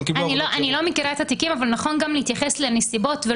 אני מתקשה להבין איך הנושא הזה הוא לא